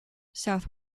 south